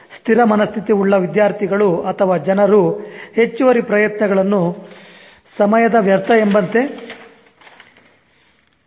ಸ್ಥಿರ ಮನಸ್ಥಿತಿ ಉಳ್ಳ ವಿದ್ಯಾರ್ಥಿಗಳು ಅಥವಾ ಜನರು ಹೆಚ್ಚುವರಿ ಪ್ರಯತ್ನಗಳನ್ನು ಸಮಯದ ವ್ಯರ್ಥ ಎಂಬಂತೆ ಕಾಣುತ್ತಾರೆ